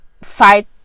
fight